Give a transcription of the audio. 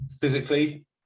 physically